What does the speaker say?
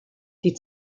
die